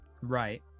Right